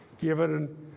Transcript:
given